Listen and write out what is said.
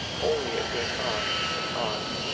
only it went on and on,